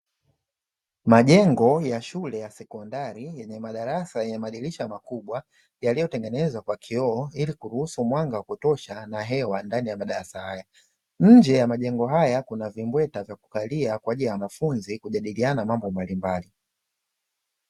Majengo ya shule ya sekondari yenye madarasa ya madirisha makubwa yaliyotengenezwa kwa kioo ,ili kuruhusu mwanga wa kutosha na hewa ndani ya madarasa haya nje ya majengo haya kuna vimbweta vya kukalia kwa ajili ya wanafunzi kujadiliana mambo mbalimbali.